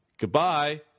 Goodbye